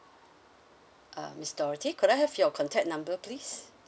uh miss dorothy could I have your contact number please